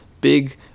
big